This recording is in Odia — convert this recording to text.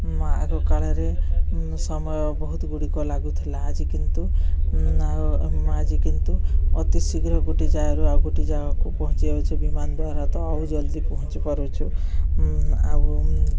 ଆଗ କାଳରେ ସମୟ ବହୁତ ଗୁଡ଼ିକ ଲାଗୁଥିଲା ଆଜି କିନ୍ତୁ ଆଉ ଆଜି କିନ୍ତୁ ଅତି ଶୀଘ୍ର ଗୋଟେ ଜାଗାରୁ ଆଉ ଗୋଟେ ଜାଗାକୁ ପହଞ୍ଚି ଯାଉଛେ ବିମାନ ଦ୍ୱାରା ତ ଆଉ ଜଲ୍ଦି ପହଞ୍ଚି ପାରୁଛୁ ଆଉ